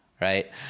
right